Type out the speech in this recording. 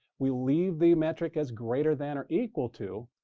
we leave the metric as greater than or equal to,